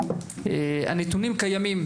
הנתונים קיימים.